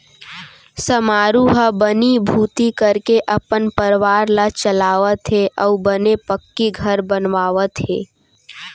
समारू ह बनीभूती करके अपन परवार ल चलावत हे अउ बने पक्की घर बनवावत हे